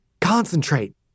Concentrate